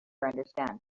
understand